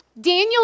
Daniel